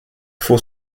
faut